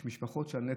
יש משפחות שזה נטל.